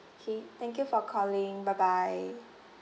okay thank you for calling bye bye